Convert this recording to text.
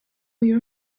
your